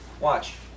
Watch